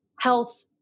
health